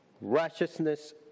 righteousness